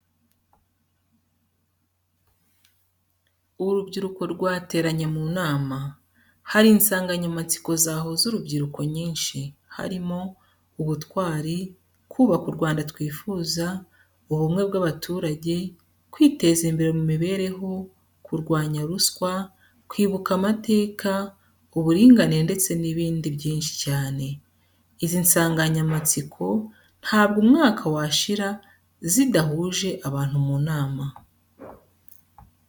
Urubyiruko rwateranye mu nama. Hari insanganyamatsiko zahuza urubyiruko nyinshi, harimo: ubutwari, kubaka u Rwanda twifuza, ubumwe bw'abaturage, kwiteza imbere mu mibereho, kurwanya ruswa, kwibuka amateka, uburinganire ndetse n'ibindi byinshi cyane, izi nsanganyamatsiko ntabwo umwaka washira zidahuje abantu mu nama.